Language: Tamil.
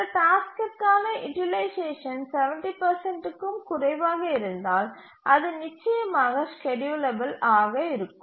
ஒரு டாஸ்க்கிற்கான யூட்டிலைசேஷன் 70 க்கும் குறைவாக இருந்தால் அது நிச்சயமாக ஸ்கேட்யூலபில் ஆக இருக்கும்